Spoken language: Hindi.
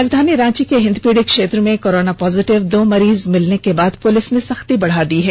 राजधानी रांची के हिंदपीढी क्षेत्र में कोरोना पॉजिटिव के दो मरीज मिलने के बाद पुलिस ने सख्ती बढा दी है